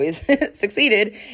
succeeded